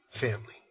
family